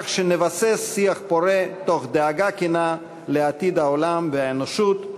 כך שנבסס שיח פורה תוך דאגה כנה לעתיד העולם והאנושות.